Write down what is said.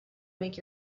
make